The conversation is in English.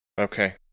Okay